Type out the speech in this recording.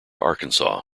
arkansas